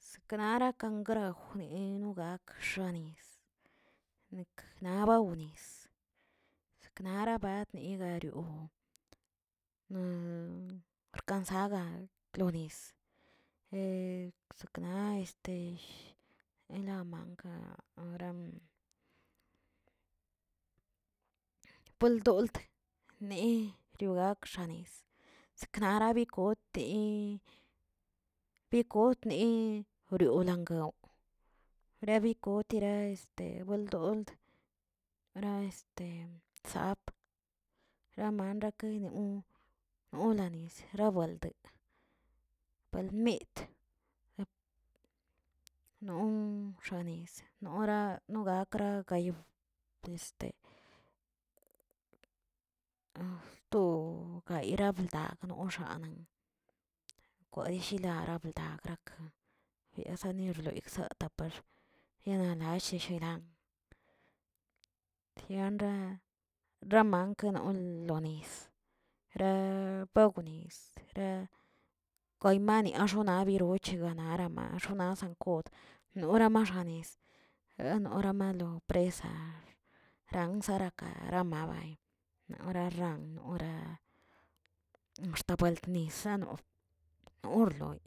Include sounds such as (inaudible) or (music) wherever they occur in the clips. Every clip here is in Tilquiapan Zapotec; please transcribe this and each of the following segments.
Sknara kangrejwni ni no gakxenis, nik gaba wnis ziknara di badiogon na bkarzagal tlonis (hesitation) zakna (hesitation) en lamanka (hesitation) poldolt neꞌ riogak xenis, zeknara bikote- bikotne riolanguew rebikotera este bueldod ra (hesitation) tsaap ramangake riu nolanis rebuelde, palmit non xanis nora nogakra gayon este (hesitation) to yirabelgdad noxanen kodishaldakbrakə biesani niekzatap yenalashe shelan, tianrra ramanke rononlo nis ra bewknis xa koymani xobna roche garanama xonasankod, nora maxanez enoramalo presa ransaraka nabay nora ran axt tobueltnis nanoꞌ norloyi.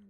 (hesitation)